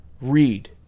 read